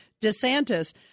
DeSantis